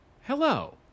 Hello